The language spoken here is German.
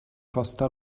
costa